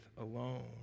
alone